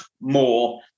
more